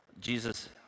Jesus